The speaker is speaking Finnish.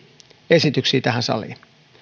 esityksiä tähän saliin